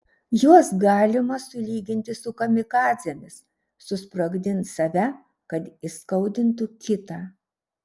juos galima sulyginti su kamikadzėmis susprogdins save kad įskaudintų kitą